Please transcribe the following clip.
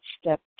step